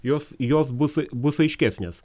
jos jos bus bus aiškesnės